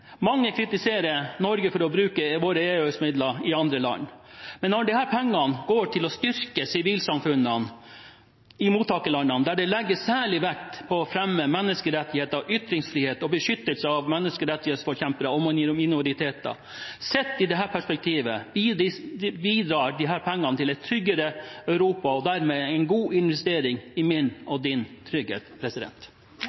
Mange kritiserer Norge for å bruke sine EØS-midler i andre land. Men når disse pengene går til å styrke sivilsamfunnene i mottakerlandene, der det legges særlig vekt på å fremme menneskerettigheter, ytringsfrihet og beskyttelse av menneskerettighetsforkjempere og minoriteter, bidrar disse pengene – sett i det perspektivet – til et tryggere Europa, og er dermed en god investering i min og